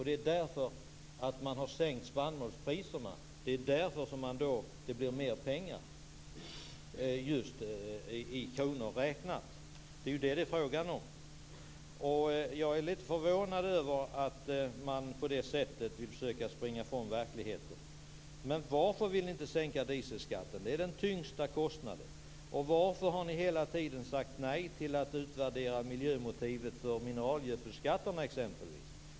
Det är därför som man har sänkt spannmålspriserna, och det är därför som det blir mer pengar i kronor räknat till den konventionella bonden. Jag är lite förvånad över att man på det sättet vill försöka att springa ifrån verkligheten. Men varför vill ni inte sänka dieselskatten? Det är den tyngsta kostnaden. Och varför har ni hela tiden sagt nej till en utvärdering av miljömotivet för mineralgödselskatterna?